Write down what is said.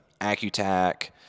AccuTac